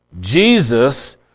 Jesus